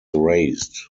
raised